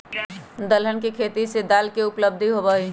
दलहन के खेती से दाल के उपलब्धि होबा हई